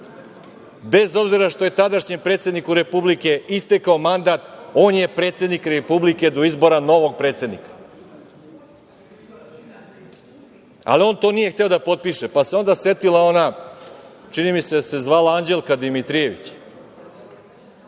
bez obzira što je tadašnjem predsedniku Republike istekao mandat, on je predsednik Republike do izbora novog predsednika. Ali, on to nije hteo da potpiše, pa se onda setila ona, čini mi se da se zvala Anđelka Dimitrijević,